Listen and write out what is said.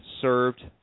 served